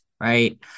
right